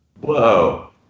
whoa